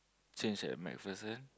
change at MacPherson